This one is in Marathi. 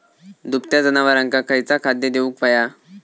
दुभत्या जनावरांका खयचा खाद्य देऊक व्हया?